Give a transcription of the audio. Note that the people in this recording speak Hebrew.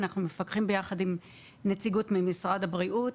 אנחנו מפקחים ביחד עם נציגות ממשרד הבריאות.